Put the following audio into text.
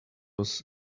was